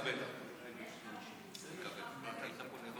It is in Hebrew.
יש כרמלית ויש רכבלית.